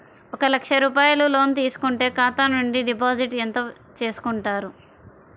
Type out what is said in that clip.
ఒక లక్ష రూపాయలు లోన్ తీసుకుంటే ఖాతా నుండి డిపాజిట్ ఎంత చేసుకుంటారు?